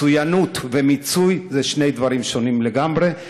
מצוינות ומיצוי זה שני דברים שונים לגמרי.